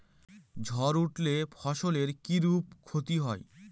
ঝড় উঠলে ফসলের কিরূপ ক্ষতি হয়?